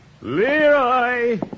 Leroy